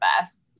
best